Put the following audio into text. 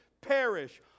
perish